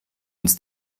uns